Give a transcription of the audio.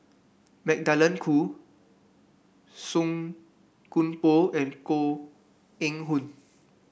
Magdalene Khoo Song Koon Poh and Koh Eng Hoon